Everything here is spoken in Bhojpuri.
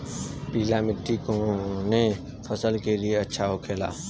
पीला मिट्टी कोने फसल के लिए अच्छा होखे ला?